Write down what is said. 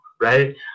right